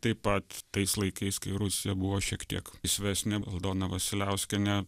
taip pat tais laikais kai rusija buvo šiek tiek laisvesnė aldona vasiliauskienė